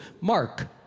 Mark